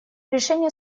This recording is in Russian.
решение